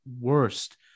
worst